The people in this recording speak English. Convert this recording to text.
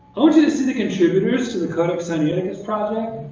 ah to to see the contributors to the codex sinaiticus project.